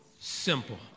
Simple